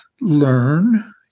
learn